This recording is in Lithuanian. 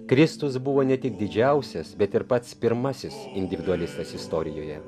kristus buvo ne tik didžiausias bet ir pats pirmasis individualistas istorijoje